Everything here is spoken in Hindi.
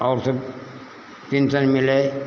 और सब पेन्सन मिले